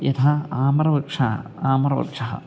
यथा आम्रवृक्षः आम्रवृक्षः